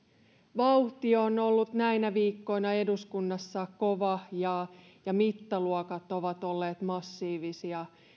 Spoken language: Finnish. vauhti on ollut näinä viikkoina eduskunnassa kova ja ja mittaluokat ovat olleet massiivisia